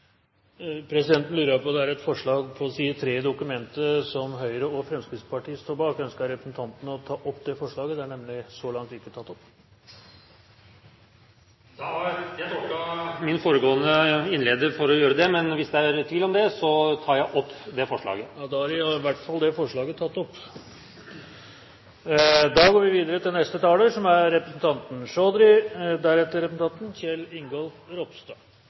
Det er et forslag i innstillingen som Høyre og Fremskrittspartiet står bak. Ønsker representanten å ta opp det forslaget? Det er nemlig så langt ikke tatt opp. Jeg tolket det slik at den foregående taler gjorde det. Men hvis det er tvil om det, tar jeg opp det forslaget. Da har representanten Anders B. Werp tatt opp forslaget fra Høyre og Fremskrittspartiet. Det er kanskje få ting som er